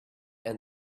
and